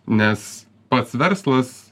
nes pats verslas